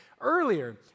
earlier